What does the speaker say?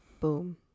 Boom